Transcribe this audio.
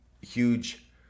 huge